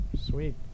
Sweet